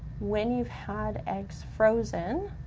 when you've had eggs frozen,